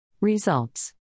Results